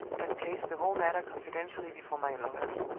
and placed the whole matter confidentially before my lawyers.